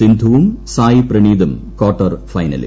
സിന്ധൂവും സായ് പ്രണീതും ക്വാർട്ടർ ഫൈനലിൽ